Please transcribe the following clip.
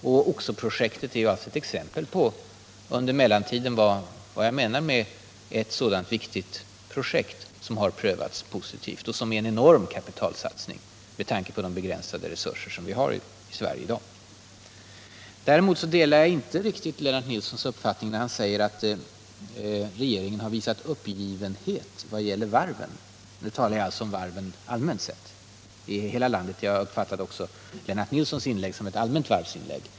Oxo-projektet är ett exempel på vad jag menar med ett sådant viktigt projekt som har prövats positivt och som är en enorm kapitalsatsning med tanke på de begränsade resurser som vi har i Sverige i dag. Däremot delar jag inte Lennart Nilssons uppfattning när han säger 61 att regeringen visar ”uppgivenhet” vad gäller varven. Nu talar jag alltså om varven allmänt sett i Sverige — jag uppfattade också Lennart Nilssons inlägg som ett allmänt varvsinlägg.